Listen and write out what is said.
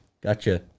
Gotcha